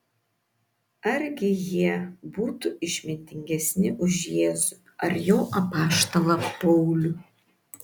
argi jie būtų išmintingesni už jėzų ar jo apaštalą paulių